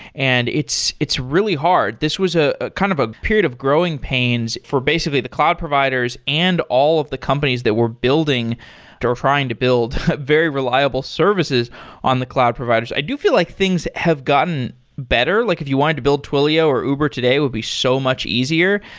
and it's it's really hard. this was ah kind of a period of growing pains for basically the cloud providers and all of the companies that were building or trying to build very reliable services on the cloud providers. i do feel like things have gotten better. like if you wanted to build twilio or uber today, it would be so much easier.